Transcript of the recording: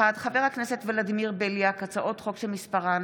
חבר הכנסת ולדימיר בליאק, הצעות חוק שמספרן